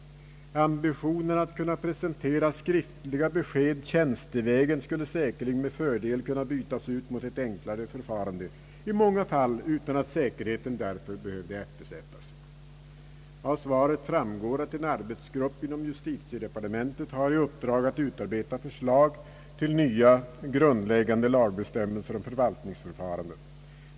Ambitionen att kunna presentera skriftliga besked tjänstevägen skulle säkerligen i många fall med fördel kunna bytas ut mot ett enklare förfarande utan att säkerheten därför behövde eftersättas. Av svaret framgår att en arbetsgrupp inom justitiedepartementet har i uppdrag att utarbeta förslag till vissa grundläggande lagbestämmelser om förvaltningsförfarandet.